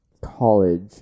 college